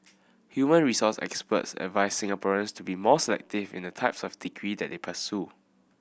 human resource experts advised Singaporeans to be more selective in the type of degrees that they pursue